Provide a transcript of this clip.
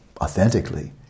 authentically